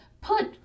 put